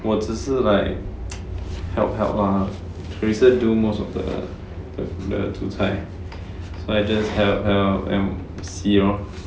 我只是 like help help ah teresa do most of the the the 煮菜 I just help help and see lor